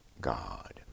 God